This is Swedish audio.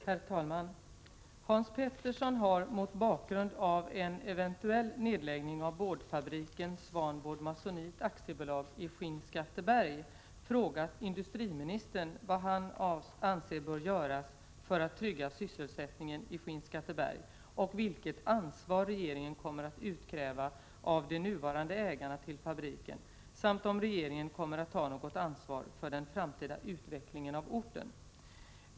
Herr talman! Hans Petersson har, mot bakgrund av en eventuell nedläggning av boardfabriken Swanboard Masonite Aktiebolag i Skinnskatteberg, frågat industriministern vad han anser bör göras för att trygga sysselsättningen i Skinnskatteberg och vilket ansvar regeringen kommer att utkräva av de nuvarande ägarna till fabriken samt om regeringen kommer att ta något ansvar för den framtida utvecklingen av orten.